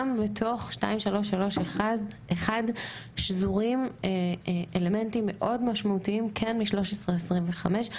גם בתוך 2331 שזורים אלמנטים מאוד משמעותיים כן מ-1325,